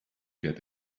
get